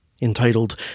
entitled